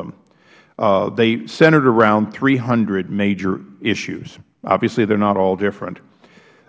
them they centered around three hundred major issues obviously they are not all different